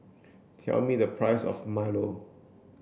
tell me the price of Milo